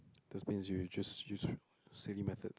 that means you just you silly method